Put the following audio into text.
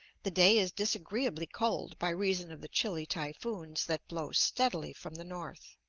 the day is disagreeably cold by reason of the chilly typhoons that blow steadily from the north.